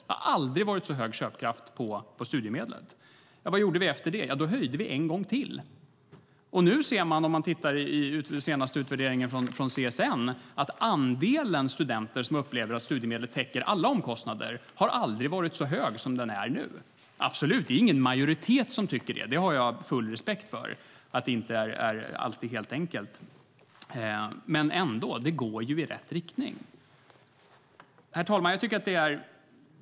Studiemedlen har aldrig haft så hög köpkraft. Vad gjorde vi efter det? Ja, då höjde vi en gång till. Och om man tittar i den senaste utvärderingen från CSN ser man att andelen studenter som upplever att studiemedlet täcker alla omkostnader aldrig har varit så hög som den är nu. Det är absolut ingen majoritet som tycker det - jag har full respekt för att det inte är så enkelt. Men det går ändå i rätt riktning. Herr talman!